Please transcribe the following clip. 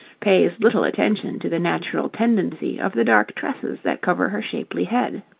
pays little attention to the natural tendency of the dark tresses that cover her shapely head.